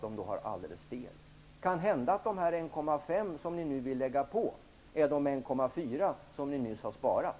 Dessa 1,5 miljarder kronor som ni vill lägga på är kanhända de 1,4 miljarder kronor som ni nyss har sparat.